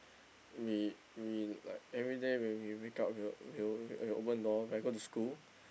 we we like everyday when we wake up we will we will we will open the door when I go to school